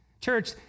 Church